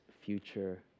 future